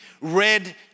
red